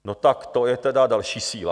No tak to je teda další síla.